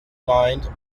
mind